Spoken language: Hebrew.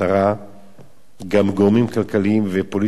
גם גורמים כלכליים ופוליטיים לוטשים עין אל ההר